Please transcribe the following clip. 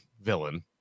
villain